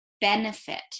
benefit